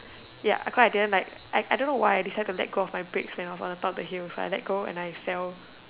ya cause I didn't like I I don't know why I decided to let go of my brakes you know on the top of the hill so I let go and I fell